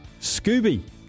Scooby